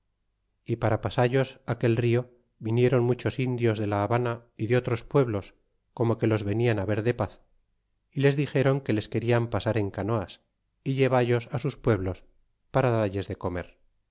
y para pasallos aquel rio viniéron muchos indios de la habana y de otros pueblos como que los venian ver de paz y les dixéron que les querian pasar en canoas y llevallos sus pueblos para dalles de comer